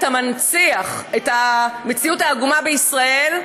אתה מנציח את המציאות העגומה בישראל,